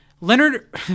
Leonard